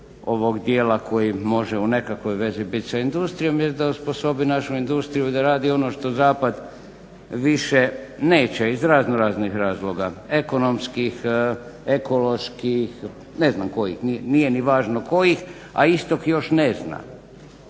ovog dijela koji može u nekakvoj vezi bit sa industrijom, jest da osposobi našu industriju i da radi ono što zapad više neće iz razno raznih razloga, ekonomskih, ekoloških, ne znam kojih, nije ni važno kojih, a istok još ne zna.